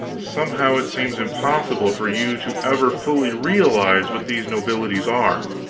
somehow it seems impossible for you to ever fully realize what these nobilities are.